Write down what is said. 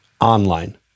online